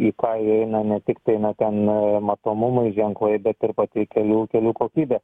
į ką įeina ne tiktai na ten matomumai ženklai bet ir pati kelių kelių kokybė